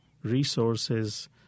resources